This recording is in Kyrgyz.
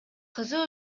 кызы